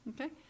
Okay